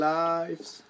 lives